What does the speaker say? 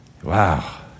Wow